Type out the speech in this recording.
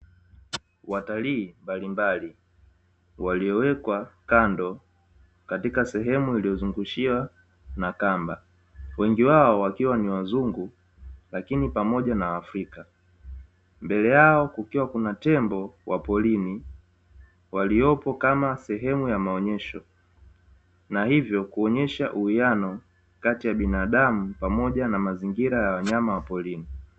Watalii mbalimbali waliowekwa kando katika sehemu, iliyozungushiwa na kamba wengi wao wakiwa ni wazungu, lakini pamoja na waafrika mbele yao, kukiwa kuna tembo wa porini, waliopo kama sehemu ya maonyesho na hivyo kuonyesha uwiano kati ya binadamu pamoja na mazingira ya wanyama wa porini.